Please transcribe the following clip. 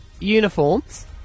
uniforms